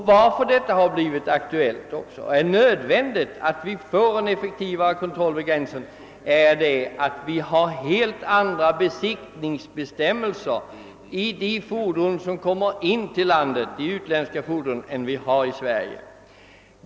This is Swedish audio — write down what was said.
En av orsakerna till att det nu är alldeles nödvändigt med en mera effektiv kontroll vid gränsen är att man har helt andra besiktningsbestämmelser i andra länder än här i Sverige.